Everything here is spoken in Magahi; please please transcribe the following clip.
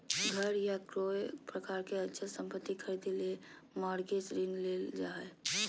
घर या कोय प्रकार के अचल संपत्ति खरीदे ले मॉरगेज ऋण लेल जा हय